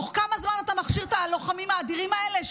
בתוך כמה זמן אתה מכשיר את הלוחמים האדירים האלה?